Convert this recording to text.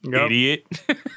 idiot